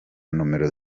nomero